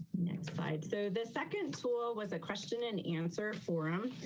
next slide. so the second tool was a question and answer forum